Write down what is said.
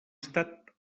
estat